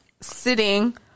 sitting